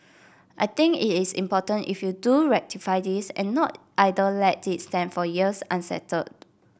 I think it is important if you do ratify this and not either let it stand for years unsettled